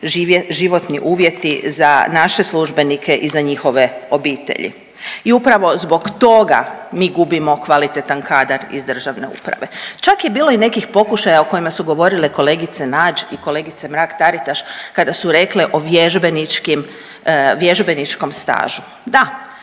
životni uvjeti za naše službenike i za njihove obitelji. I upravo zbog toga mi gubimo kvalitetan kadar iz državne uprave. Čak je bilo i nekih pokušaja o kojima su govorile kolegice Nađ i kolegice Mrak-Taritaš kada su rekle o vježbeničkom stažu. Da,